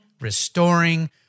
restoring